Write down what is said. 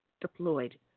deployed